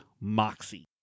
Moxie